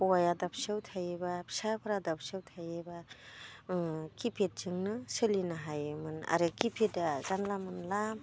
हौवाया दाबसेयाव थायोबा फिसाफोरा दाबसेयाव थायोबा किपेडजोंनो सोलिनो हायोमोन आरो किपेडआ जानला मोनला